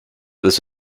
this